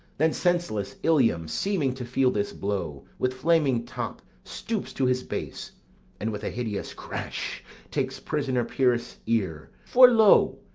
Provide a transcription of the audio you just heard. then senseless ilium, seeming to feel this blow, with flaming top stoops to his base and with a hideous crash takes prisoner pyrrhus' ear for lo!